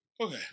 Okay